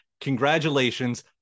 Congratulations